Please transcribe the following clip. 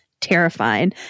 terrifying